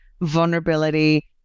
vulnerability